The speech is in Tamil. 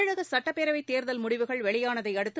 தமிழக சட்டப்பேரவைத் தேர்தல் முடிவுகள் வெளியானதை அடுத்து